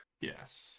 yes